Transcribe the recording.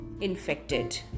infected